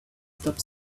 stop